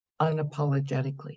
unapologetically